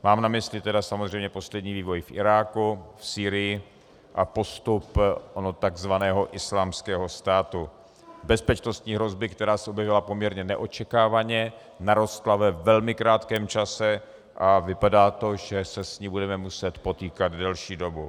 Mám na mysli samozřejmě poslední vývoj v Iráku, v Sýrii a postup takzvaného Islámského státu, bezpečnostní hrozby, která se objevila poměrně neočekávaně, narostla ve velmi krátkém čase a vypadá to, že se s ní budeme muset potýkat delší dobu.